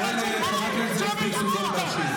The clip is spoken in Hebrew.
אני קורא לחבר הכנסת צבי סוכות להשיב.